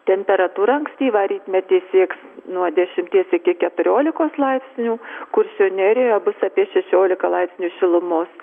temperatūra ankstyvą rytmetį sieks nuo dešimties iki keturiolikos laipsnių kuršių nerijoje bus apie šešiolika laipsnių šilumos